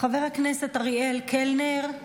חבר הכנסת אריאל קלנר,